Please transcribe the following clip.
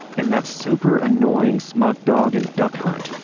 and that super annoying, smug dog in duck hunt.